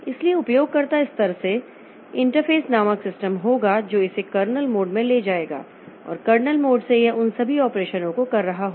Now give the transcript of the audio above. इसलिए उपयोगकर्ता स्तर से इंटरफ़ेस नामक सिस्टम होगा जो इसे कर्नेल मोड में ले जाएगा और कर्नेल मोड में यह उन सभी ऑपरेशनों को कर रहा होगा